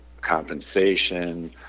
compensation